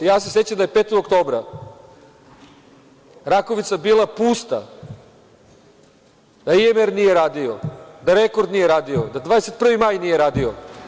Ja se sećam da je 5. oktobra „Rakovica“ bila pusta, da IMR nije radio, da „Rekord“ nije radio, da „21 Maj“ nije radio.